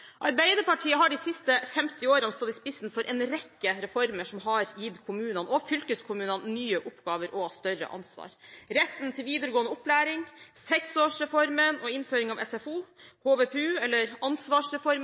Arbeiderpartiet har de siste 50 årene stått i spissen for en rekke reformer som har gitt kommunene og fylkeskommunene nye oppgaver og større ansvar: retten til videregående opplæring, 6-åringsreformen og innføring av SFO, HVPU eller ansvarsreformen